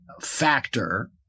factor